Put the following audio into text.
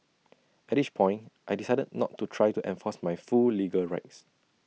at each point I decided not to try to enforce my full legal rights